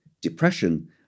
depression